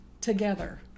together